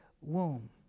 womb